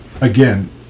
again